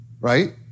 right